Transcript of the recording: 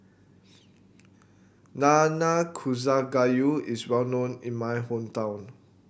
Nanakusa Gayu is well known in my hometown